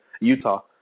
Utah